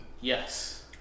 Yes